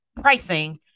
pricing